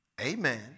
amen